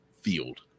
field